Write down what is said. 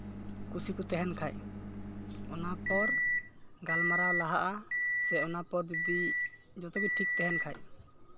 ᱠᱩᱥᱤ ᱠᱚ ᱛᱟᱦᱮᱱ ᱠᱷᱟᱱ ᱚᱱᱟᱯᱚᱨ ᱜᱟᱞᱢᱟᱨᱟᱣ ᱞᱟᱦᱟᱜᱼᱟ ᱥᱮ ᱚᱱᱟᱯᱚᱨ ᱡᱩᱫᱤ ᱡᱚᱛᱚᱜᱮ ᱴᱷᱤᱠ ᱛᱟᱦᱮᱱ ᱠᱷᱟᱱ